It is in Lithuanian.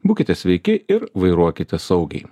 būkite sveiki ir vairuokite saugiai